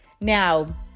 Now